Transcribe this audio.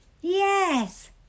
Yes